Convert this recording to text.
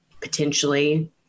potentially